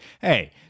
hey